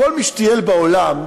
כל מי שטייל בעולם,